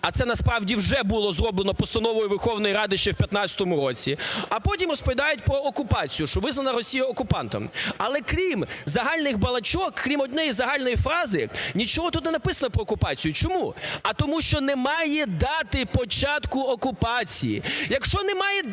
а це, насправді, вже було зроблено Постановою Верховної Ради ще в 2015 році, а потім розповідають про окупацію, що визнана Росія окупантом. Але, крім загальних балачок, крім однієї загальної фрази нічого тут не написано про окупацію. Чому? А тому що немає дати початку окупації.